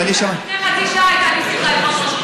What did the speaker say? לפני חצי שעה הייתה לי שיחה עם ראש רשות,